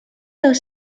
though